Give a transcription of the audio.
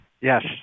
Yes